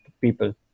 people